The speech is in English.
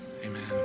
amen